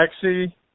taxi